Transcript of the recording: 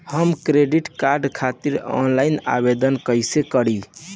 हम credit card खातिर offline आवेदन कइसे करि?